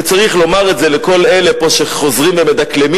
וצריך לומר את זה לכל אלה פה שחוזרים ומדקלמים